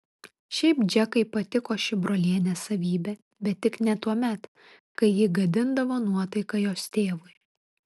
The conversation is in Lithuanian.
šiaip džekai patiko ši brolienės savybė bet tik ne tuomet kai ji gadindavo nuotaiką jos tėvui